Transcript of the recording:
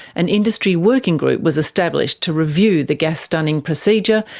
an industry working group was established to review the gas stunning procedure,